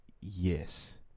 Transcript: yes